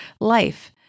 life